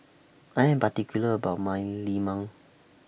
I Am particular about My Lemang